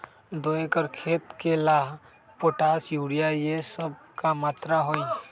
दो एकर खेत के ला पोटाश, यूरिया ये सब का मात्रा होई?